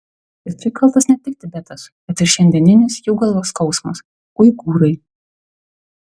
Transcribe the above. ir čia kaltas ne tik tibetas bet ir šiandieninis jų galvos skausmas uigūrai